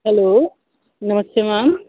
hello नमस्ते ma'am